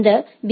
இந்த பி